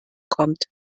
kommt